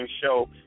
show